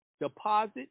deposit